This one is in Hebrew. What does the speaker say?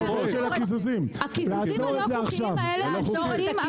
הקיזוזים הלא חוקיים האלה קורים עכשיו כל הזמן.